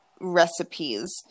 recipes